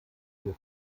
wir